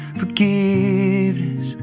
forgiveness